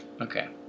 Okay